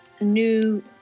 new